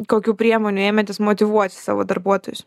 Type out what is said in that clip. kokių priemonių ėmėtės motyvuot savo darbuotojus